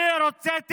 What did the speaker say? אני רוצה תכנון,